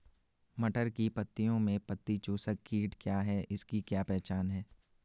मटर की पत्तियों में पत्ती चूसक कीट क्या है इसकी क्या पहचान है?